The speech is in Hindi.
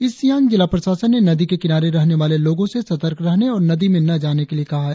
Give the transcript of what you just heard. ईस्ट सियांग जिला प्रशासन ने नदी के किनारे रहने वाले लोंगो से सतर्क रहने और नदी में न जाने के लिए कहा है